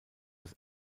das